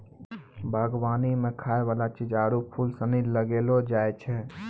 बागवानी मे खाय वाला चीज आरु फूल सनी लगैलो जाय छै